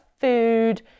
food